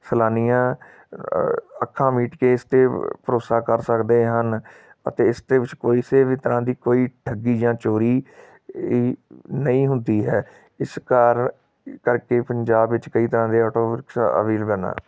ਸੈਲਾਨੀਆਂ ਅੱਖਾਂ ਮੀਚ ਕੇ ਇਸ 'ਤੇ ਭਰੋਸਾ ਕਰ ਸਕਦੇ ਹਨ ਅਤੇ ਇਸ ਦੇ ਵਿੱਚ ਕਿਸੇ ਵੀ ਤਰ੍ਹਾਂ ਦੀ ਕੋਈ ਠੱਗੀ ਜਾਂ ਚੋਰੀ ਨਹੀਂ ਹੁੰਦੀ ਹੈ ਇਸ ਕਾਰਨ ਕਰਕੇ ਪੰਜਾਬ ਵਿੱਚ ਕਈ ਤਰ੍ਹਾਂ ਦੇ ਆਟੋ ਰਿਕਸ਼ਾ ਅਵੀਲ ਕਰਨਾ